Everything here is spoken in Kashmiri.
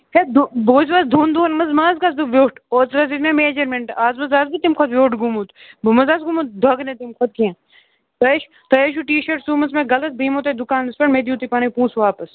ہے دُ بوٗزِو حظ دۄن دۄہَن منٛز مہٕ حظ گژھٕ بہٕ ویوٚٹھ اوترٕ حظ دیُت مےٚ میجَرمٮ۪نٛٹ آز حظ آسہٕ بہٕ تَمہِ کھۄتہٕ ویوٚٹھ گوٚمُت بہٕ مَہ حظ آسہٕ گوٚمُت دۄگنہٕ تَمہِ کھۄتہٕ کیٚنٛہہ تۄہہِ حظ چھُ تۄہہِ حظ چھُو ٹی شٲٹ سُومٕژ مےٚغلط بہٕ یِمو تۄہہِ دُکانَس پٮ۪ٹھ مےٚ دِیِو تُہۍ پَنٕنۍ پونٛسہٕ واپَس